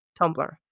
tumblr